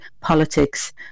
politics